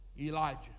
Elijah